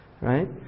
right